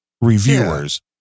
reviewers